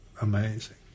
amazing